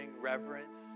reverence